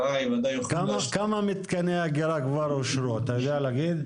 כמה מתקני אגירה כבר אושרו, אתה יודע להגיד?